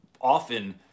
often